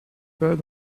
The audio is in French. pas